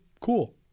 cool